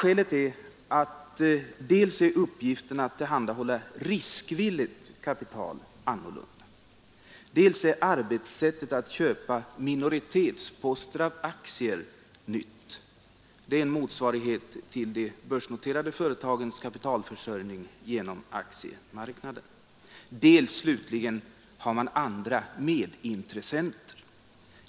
Skälen är dels att uppgiften att tillhandahålla riskvilligt kapital ändrats; dels att arbetssättet att köpa minoritetsposter av aktier är nytt — det är en motsvarighet till de börsnoterade företagens kapitalförsörjning genom aktiemarknaden — dels, slutligen, att man har andra medintressenter.